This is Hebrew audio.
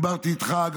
דיברתי איתך,